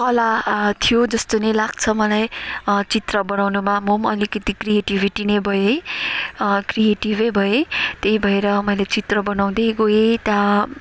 कला थियो जस्तो नै लाग्छ मलाई चित्र बनाउनमा म पनि अलिकति क्रिएटिभिटी नै भएँ है क्रिएटिभै भएँ त्यही भएर मैले चित्र बनाउँदै गए त्यहाँ